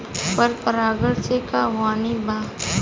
पर परागण से का हानि बा?